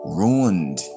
ruined